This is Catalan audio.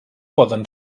poden